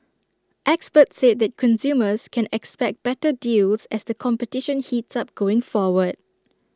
experts said that consumers can expect better deals as the competition heats up going forward